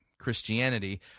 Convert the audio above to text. Christianity